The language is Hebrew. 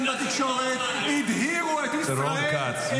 בתקשורת הדהירו את ישראל אל האסון ----- רון כץ,